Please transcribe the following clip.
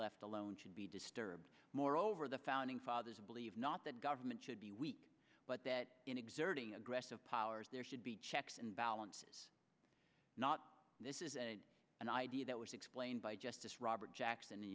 left alone should be disturbed moreover the founding fathers believe not that government should be weak but in exerting aggressive powers there should be checks and balances not this is an idea that was explained by justice robert jackson the